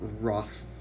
Roth